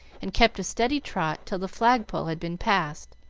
and kept a steady trot till the flagpole had been passed,